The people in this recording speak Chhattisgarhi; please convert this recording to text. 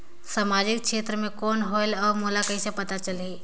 समाजिक क्षेत्र कौन होएल? और मोला कइसे पता चलही?